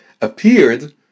appeared